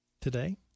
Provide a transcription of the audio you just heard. Today